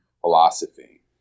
philosophy